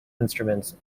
instruments